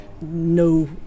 no